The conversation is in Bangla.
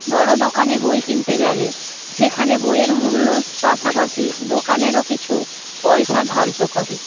বড়ো দোকানে বই কিনতে গেলে সেখানে বইয়ের মূল্য পাশাপাশি দোকানেরও কিছু পয়সা ধার্য করে